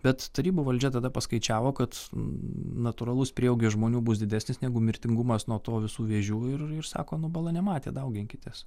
bet tarybų valdžia tada paskaičiavo kad natūralus prieaugis žmonių bus didesnis negu mirtingumas nuo to visų vėžių ir ir sako nu bala nematė dauginkitės